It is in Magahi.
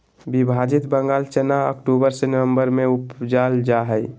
विभाजित बंगाल चना अक्टूबर से ननम्बर में उपजाल जा हइ